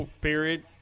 period